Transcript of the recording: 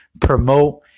promote